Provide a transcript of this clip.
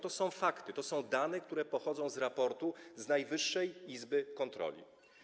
To są fakty, to są dane, które pochodzą z raportu Najwyższej Izby Kontroli.